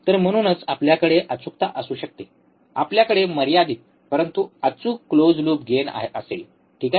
तर म्हणूनच आपल्याकडे अचूकता असू शकते आपल्याकडे मर्यादित परंतु अचूक क्लोज लूप गेन असेल ठीक आहे